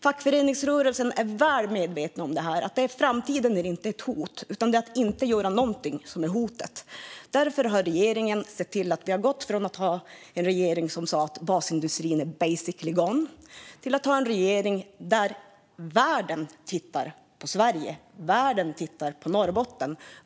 Fackföreningsrörelsen är väl medveten om det här. Framtiden är inte ett hot - det är att inte göra någonting som är hotet. Vi har gått från att ha en regering som sa att basindustrin är "basically gone" till att ha en regering som ser till att världen tittar på Sverige och på Norrbotten.